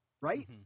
right